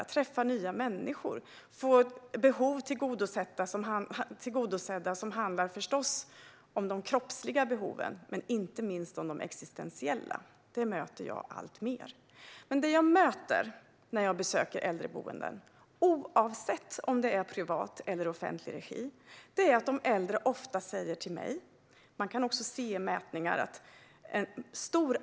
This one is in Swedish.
Får de träffa nya människor och får de behov tillgodosedda som förstås handlar om de kroppsliga behoven men inte minst också om de existentiella? Detta möter jag alltmer. Man kan se i mätningar att en väldigt stor andel av äldre och anhöriga är relativt nöjda med svensk äldreomsorg.